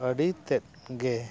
ᱟᱹᱰᱤ ᱛᱮᱫᱜᱮ